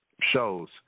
shows